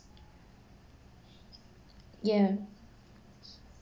yeah